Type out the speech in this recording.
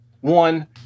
One